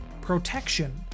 protection